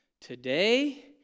today